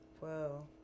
whoa